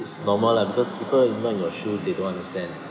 it's normal lah because people not in your shoes they don't understand